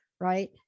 right